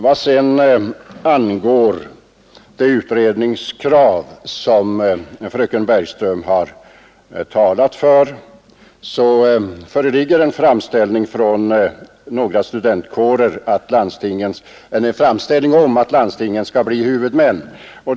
Vad angår det utredningskrav som fröken Bergström talade för, har en framställning gjorts från några studentkårer om att landstingen skall bli huvudmän.